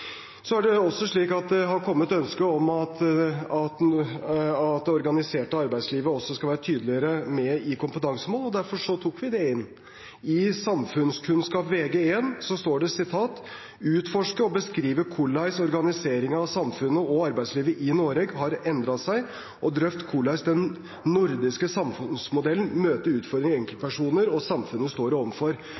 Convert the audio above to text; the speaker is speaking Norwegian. Det har kommet ønsker om at det organiserte arbeidslivet skal være tydeligere med i kompetansemålene, og derfor tok vi det inn. I samfunnskunnskap Vg1 står det at eleven skal kunne «utforske og beskrive korleis organiseringa av samfunnet og arbeidslivet i Noreg har endra seg, og drøfte korleis den nordiske samfunnsmodellen møter utfordringar enkeltpersonar og samfunnet står